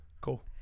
Cool